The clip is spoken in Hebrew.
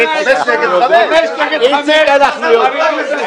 נגד 5. הרוויזיה נפלה.